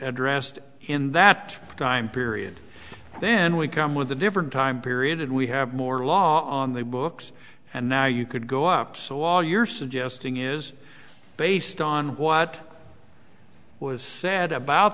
addressed in that time period then we come with a different time period and we have more law on the books and now you could go up so all you're suggesting is based on what was said about